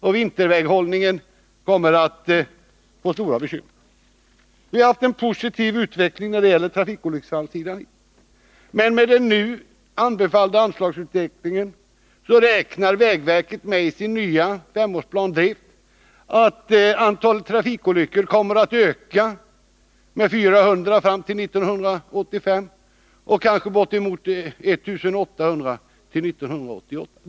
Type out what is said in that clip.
Man kommer att få stora bekymmer med vinterväghållningen. Det har varit en positiv utveckling på trafikolycksfallssidan, men med den nu anbefallda anslagsutvecklingen räknar vägverket i sin nya femårsplan med att antalet trafikolyckor kommer att öka med 400 fram till 1985 och kanske bortemot 1 800 till 1988.